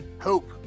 hope